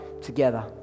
together